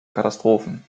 katastrophen